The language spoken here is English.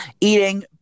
eating